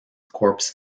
corpse